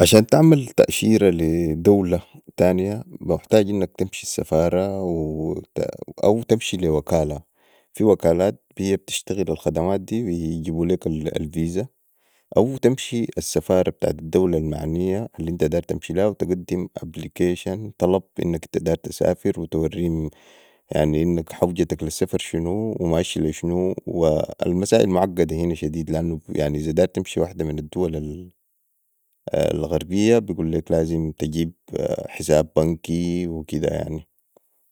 عشان تعمل تاشيره لي دولة تانيه محتاج انك تمشي السفاره او تمشي لي وكالة في وكالات هي بشتغل الخدمات دي وبحيبو ليك الفيزا او تمشي السفاره بتاعت الدوله المعنيه الانت داير تمشي ليها تقدم application طلب بي انك أنت داير تسافر وتوريهم حوجتكم لي السفر شنو ماشي لي شنو والمسائل معقده هنا شديد لأنو اذا عايز تمشي واحده من الدول الغربيه بقوليك لازم تجيب حساب بكني وكده يعني